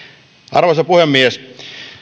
arvoisa puhemies